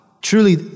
Truly